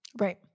right